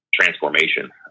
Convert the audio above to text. transformation